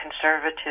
conservative